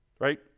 Right